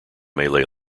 malay